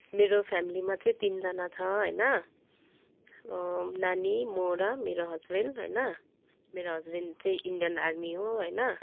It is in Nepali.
मेरो फेमेलीमा चाहिँ तिनजना छ होइन नानी म र मेरो हस्बेन्ड होइन मेरो हस्बेन्ड चाहिँ इन्डियन आर्मी हो होइन